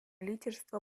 лидерство